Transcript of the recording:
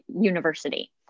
university